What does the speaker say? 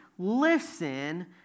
listen